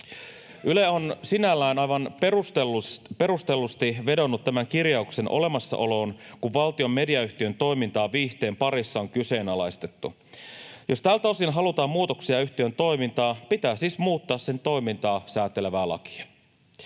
Yle on sinällään aivan perustellusti vedonnut tämän kirjauksen olemassaoloon, kun valtion mediayhtiön toimintaa viihteen parissa on kyseenalaistettu. Jos tältä osin halutaan muutoksia yhtiön toimintaan, pitää siis muuttaa sen toimintaa säätelevää lakia.